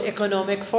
Economic